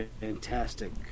fantastic